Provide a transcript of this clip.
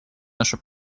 нашу